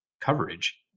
coverage